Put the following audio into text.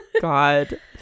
god